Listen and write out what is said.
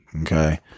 Okay